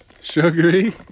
Sugary